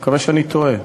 אני מקווה שאני טועה.